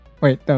wait